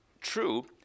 true